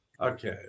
Okay